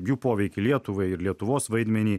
jų poveikį lietuvai ir lietuvos vaidmenį